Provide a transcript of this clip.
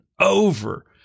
over